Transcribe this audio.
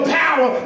power